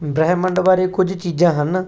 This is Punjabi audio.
ਬ੍ਰਹਿਮੰਡ ਬਾਰੇ ਕੁਝ ਚੀਜ਼ਾਂ ਹਨ